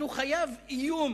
אז הוא חייב איום,